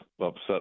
upset